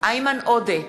איימן עודה,